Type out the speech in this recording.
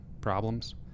problems